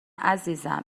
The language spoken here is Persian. عزیزم